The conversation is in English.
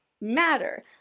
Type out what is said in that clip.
matter